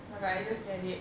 oh my god I just read it